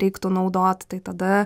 reiktų naudot tai tada